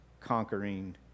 conquering